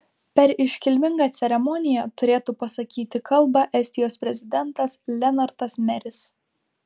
per iškilmingą ceremoniją turėtų pasakyti kalbą estijos prezidentas lenartas meris